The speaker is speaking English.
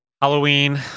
Halloween